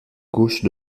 gauche